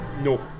No